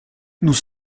nous